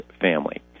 family